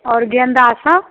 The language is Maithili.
आओर गेंदासभ